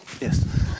Yes